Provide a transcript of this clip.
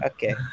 Okay